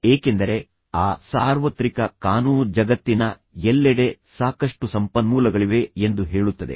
ಏಕೆಂದರೆ ಆ ಸಾರ್ವತ್ರಿಕ ಕಾನೂನು ಜಗತ್ತಿನ ಎಲ್ಲೆಡೆ ಸಾಕಷ್ಟು ಸಂಪನ್ಮೂಲಗಳಿವೆ ಎಂದು ಹೇಳುತ್ತದೆ